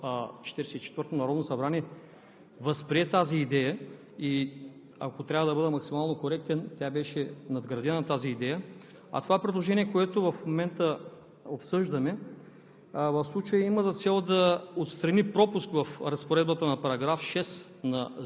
Ние подкрепяме това, че всяка политическа сила, представена в 44-тото народно събрание, възприе тази идея. Ако трябва да бъда максимално коректен, тя беше надградена. Предложението, което в момента обсъждаме,